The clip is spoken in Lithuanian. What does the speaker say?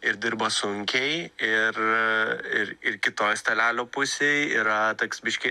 ir dirbo sunkiai ir ir ir kitoj stalelio pusėj yra toks biškį